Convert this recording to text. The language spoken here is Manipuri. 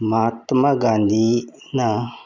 ꯃꯍꯥꯇꯃꯥ ꯒꯥꯟꯙꯤꯅ